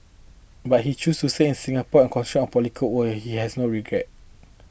but he chose to stay in Singapore and concentrate on political work here he has no regrets